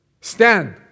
stand